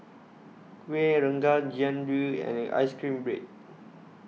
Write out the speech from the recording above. Kueh Rengas Jian Dui and Ice Cream Bread